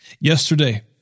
Yesterday